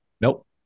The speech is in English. Nope